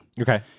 Okay